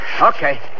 Okay